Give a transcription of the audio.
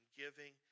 giving